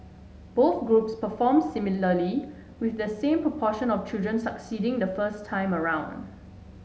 both groups perform similarly with the same proportion of children succeeding the first time around